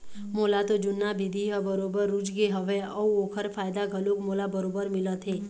मोला तो जुन्ना बिधि ह बरोबर रुचगे हवय अउ ओखर फायदा घलोक मोला बरोबर मिलत हे